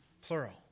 Plural